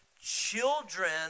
children